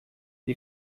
lhe